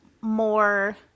more